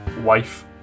wife